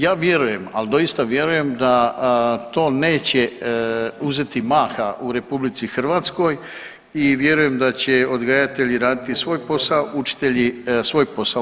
Ja vjerujem, ali doista vjerujem da to neće uzeti maha u RH i vjerujem da će odgajatelji raditi svoj posao, učitelji svoj posao.